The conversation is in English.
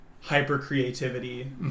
hyper-creativity